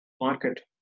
market